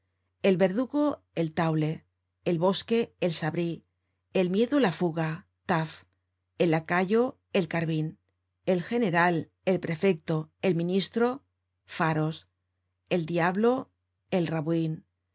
el verdugo el taule el bosque el sabrl el miedo la fuga taf el lacayo el carbin el general el prefecto el ministro pharos el diablo el rabouin